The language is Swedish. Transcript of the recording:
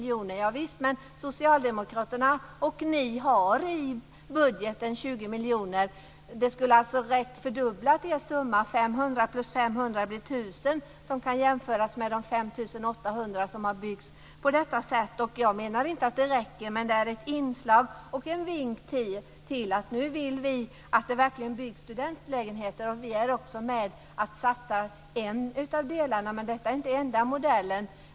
Javisst, men Socialdemokraterna och ni har i budgeten 20 miljoner. 500 plus 500 blir 1 000, att jämföras med de 5 800 lägenheter som byggts på nämnda sätt. Jag menar inte att det är tillräckligt men det är ett inslag och en vink om att vi nu vill att det verkligen byggs studentlägenheter. Vi är också med och satsar vad gäller en av delarna. Detta är dock inte den enda modellen.